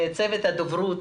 לצוות הדוברות.